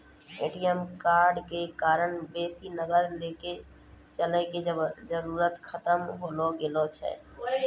ATM कार्डो के कारण बेसी नगद लैके चलै के जरुरत खतम होय गेलो छै